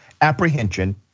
Apprehension